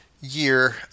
year